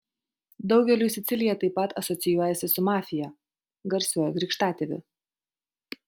daugeliui sicilija taip pat asocijuojasi su mafija garsiuoju krikštatėviu